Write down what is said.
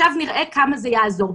עכשיו נראה כמה זה יעזור.